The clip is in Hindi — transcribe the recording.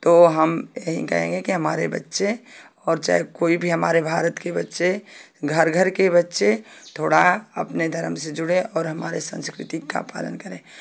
तो हम यही कहेंगे कि हमारे बच्चे और चाहे कोई भी हमारे भारत के बच्चे घर घर के बच्चे थोड़ा अपने धर्म से जुड़े और हमारे संस्कृति का पालन करें